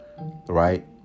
right